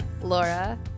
Laura